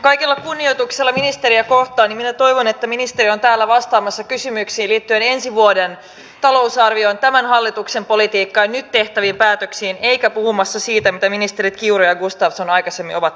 kaikella kunnioituksella ministeriä kohtaan minä toivon että ministeri on täällä vastaamassa kysymyksiin liittyen ensi vuoden talousarvioon tämän hallituksen politiikkaan ja nyt tehtäviin päätöksiin eikä puhumassa siitä mitä ministerit kiuru ja gustafsson aikaisemmin ovat tehneet